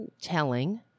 telling